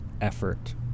effort